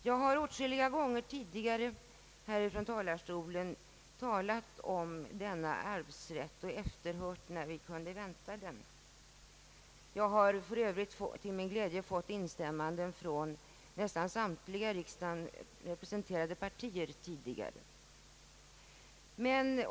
Jag har åtskilliga gånger tidigare från kammarens talarstol talat om denna arvsrätt och efterhört när vi kunde vänta förslag om den. För övrigt har jag till min glädje tidigare fått instämmanden från nästan samtliga i riksdagen representerade partier.